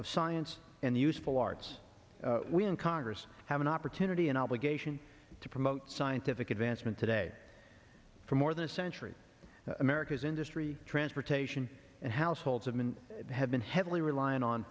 of science and useful arts we in congress have an opportunity an obligation to promote scientific advancement today for more than a century america's industry transportation and households have been have been heavily reliant on